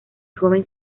joven